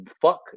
Fuck